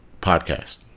podcast